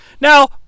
Now